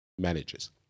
manages